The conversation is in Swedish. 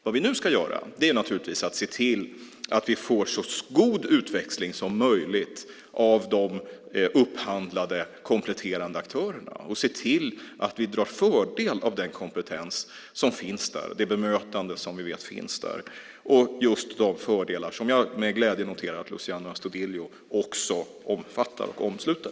Vad vi nu ska göra är att se till att vi får så god utväxling som möjligt av de upphandlade kompletterande aktörerna. Vi ska se till att vi drar fördel av den kompetens som finns där och det bemötande som vi vet finns där. Det gäller just de fördelar som jag med glädje noterar att Luciano Astudillo också omfattar och omsluter.